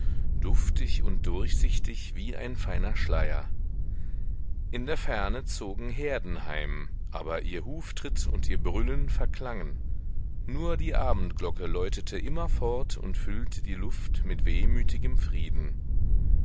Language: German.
duftig und durchsichtig wie ein feiner schleier in der ferne zogen herden heim aber ihr huftritt und ihr brüllen verklangen nur die abendglocke läutete immerfort und füllte die luft mit wehmütigem frieden